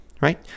right